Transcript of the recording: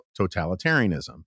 totalitarianism